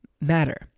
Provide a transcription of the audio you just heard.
matter